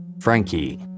Frankie